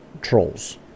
trolls